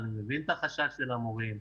אני מבין את החשש של המורים,